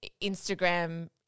Instagram